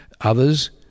Others